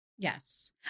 Yes